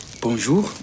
Bonjour